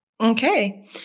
Okay